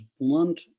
blunt